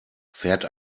fährt